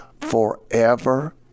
forever